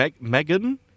Megan